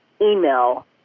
email